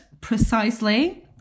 precisely